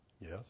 Yes